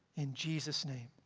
in jesus name,